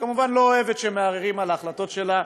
שכמובן לא אוהבת שמערערים על ההחלטות שלה.